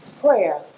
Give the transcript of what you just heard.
Prayer